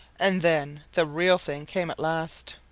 and then the real thing came at last.